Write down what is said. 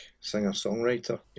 singer-songwriter